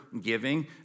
giving